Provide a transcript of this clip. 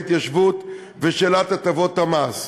ההתיישבות ושאלת הטבות המס.